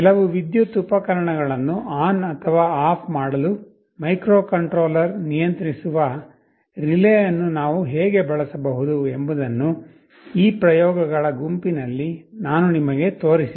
ಕೆಲವು ವಿದ್ಯುತ್ ಉಪಕರಣಗಳನ್ನು ಆನ್ ಅಥವಾ ಆಫ್ ಮಾಡಲು ಮೈಕ್ರೊಕಂಟ್ರೋಲರ್ ನಿಯಂತ್ರಿಸುವ ರಿಲೇ ಅನ್ನು ನಾವು ಹೇಗೆ ಬಳಸಬಹುದು ಎಂಬುದನ್ನು ಈ ಪ್ರಯೋಗಗಳ ಗುಂಪಿನಲ್ಲಿ ನಾನು ನಿಮಗೆ ತೋರಿಸಿದೆ